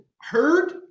heard